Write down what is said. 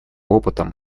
опытом